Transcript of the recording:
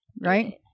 right